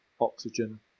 oxygen